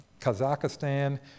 Kazakhstan